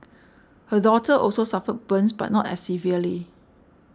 her daughter also suffered burns but not as severely